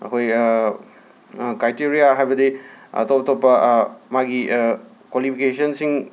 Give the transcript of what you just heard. ꯑꯩꯈꯣꯏ ꯀ꯭ꯔꯥꯏꯇꯦꯔꯤꯌꯥ ꯍꯥꯏꯕꯗꯤ ꯑꯇꯣꯞ ꯑꯇꯣꯞꯄ ꯃꯥꯒꯤ ꯀ꯭ꯋꯥꯂꯤꯐꯤꯀꯦꯁꯟꯁꯤꯡ